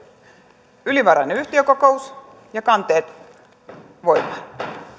miten tuli edetä ylimääräinen yhtiökokous ja kanteet voimaan